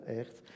echt